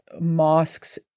mosques